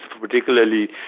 particularly